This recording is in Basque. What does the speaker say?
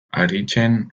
haritzen